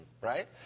right